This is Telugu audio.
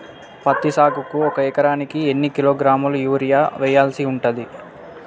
పత్తి సాగుకు ఒక ఎకరానికి ఎన్ని కిలోగ్రాముల యూరియా వెయ్యాల్సి ఉంటది?